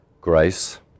grace